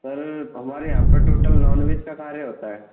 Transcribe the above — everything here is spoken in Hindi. सर हमारे यहाँ पर टोटल नॉनवेज का होता है